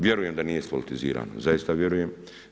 Vjerujem da nije ispolitizirano, zaista vjerujem.